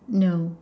no